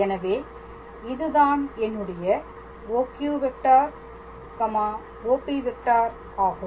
எனவே இதுதான் என்னுடைய OQ⃗ OP வெக்டார் ஆகும்